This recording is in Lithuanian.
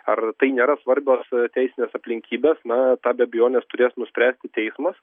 ar tai nėra svarbios teisinės aplinkybės na tą be abejonės turės nuspręsti teismas